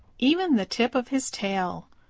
even the tip of his tail.